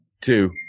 two